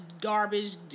garbage